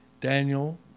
Daniel